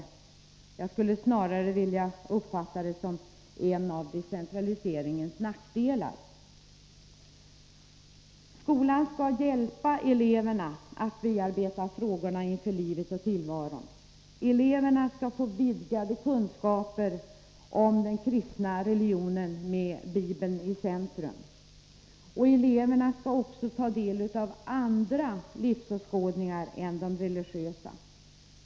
Snarare skulle jag vilja uppfatta den som en av decentraliseringens nackdelar. Skolan skall hjälpa eleverna att bearbeta frågorna inför livet och tillvaron. Eleverna skall få vidgade kunskaper om den kristna religionen med Bibeln i centrum. Eleverna skall också ta del av andra livsåskådningar än de religiösa.